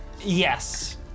Yes